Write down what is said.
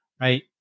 right